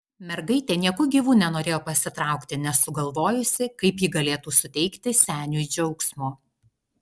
mergaitė nieku gyvu nenorėjo pasitraukti nesugalvojusi kaip ji galėtų suteikti seniui džiaugsmo